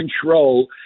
control